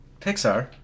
Pixar